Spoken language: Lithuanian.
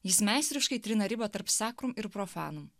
jis meistriškai trina ribą tarp sakrum ir profanum